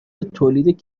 تولید